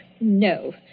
No